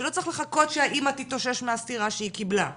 שלא צריך לחכות שהאימא תתאושש מהסטירה שהיא קיבלה,